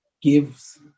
gives